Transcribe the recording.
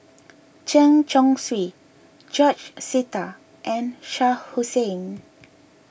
Chen Chong Swee George Sita and Shah Hussain